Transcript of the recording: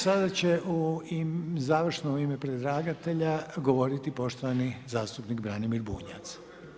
Sada će u završno ime predlagatelja govoriti poštovani zastupnik Branimir Bunjac.